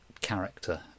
character